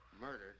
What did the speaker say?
Murdered